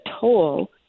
toll